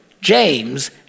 James